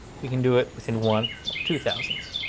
we can do it within one or two thousandths.